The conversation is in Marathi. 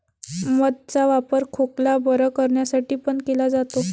मध चा वापर खोकला बरं करण्यासाठी पण केला जातो